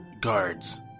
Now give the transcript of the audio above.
guards